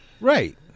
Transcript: Right